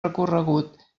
recorregut